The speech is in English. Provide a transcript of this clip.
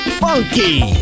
funky